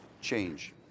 change